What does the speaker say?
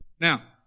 Now